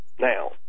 Now